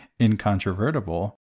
incontrovertible